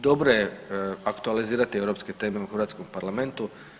Dobro je aktualizirati europske teme u hrvatskom Parlamentu.